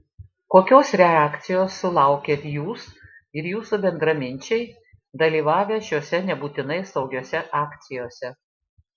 kokios reakcijos sulaukėt jūs ir jūsų bendraminčiai dalyvavę šiose nebūtinai saugiose akcijose